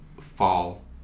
fall